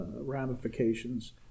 ramifications